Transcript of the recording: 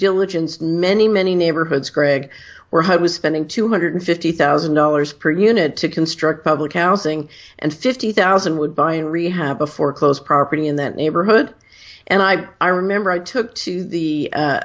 diligence many many neighborhoods greg where home was spending two hundred fifty thousand dollars per unit to construct public housing and fifty thousand would buy a rehab a foreclosed property in that neighborhood and i i remember i took to the